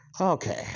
okay